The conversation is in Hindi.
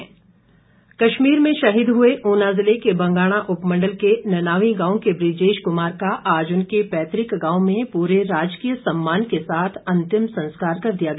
शहीद कश्मीर में शहीद हुए ऊना जिले के बंगाणा उपमंडल के ननावीं गांव के बुजेश कुमार का आज उनके पैतृक गांव में पूरे राजकीय सम्मान के साथ अंतिम संस्कार कर दिया गया